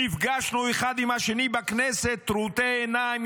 נפגשנו אחד עם השני בכנסת טרוטי עיניים,